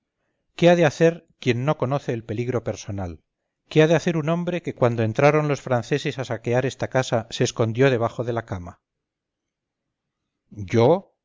qué ha de hacer quien no conoce el peligro personal qué ha de hacer un hombre que cuando entraron los franceses a saquear esta casa se escondió debajo de